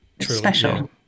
special